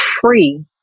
free